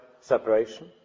separation